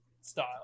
style